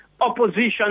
opposition